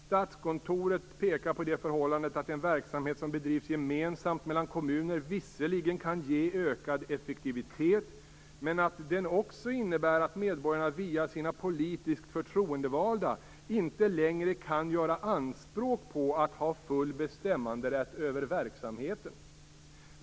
Statskontoret pekar på det förhållandet att en verksamhet som bedrivs gemensamt mellan kommuner visserligen kan ge ökad effektivitet, men att den också innebär att medborgarna via sina politiskt förtroendevalda inte längre kan göra anspråk på att ha full bestämmanderätt över verksamheten.